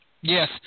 Yes